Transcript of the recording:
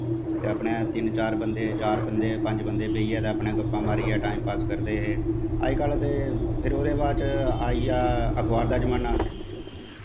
ते अपने तिन्न चार बंदे चार बंदे पंज बंदे बेहिये ते अपना गप्पां मारियै टाइम पास करदे अज्जकल ते फिर ओह्दे बाद च आई गेआ अखबार दा जमान्ना